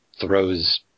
throws